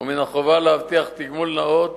ומן החובה להבטיח גמול נאות